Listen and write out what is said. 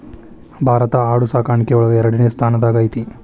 ಭಾರತಾ ಆಡು ಸಾಕಾಣಿಕೆ ಒಳಗ ಎರಡನೆ ಸ್ತಾನದಾಗ ಐತಿ